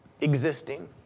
Existing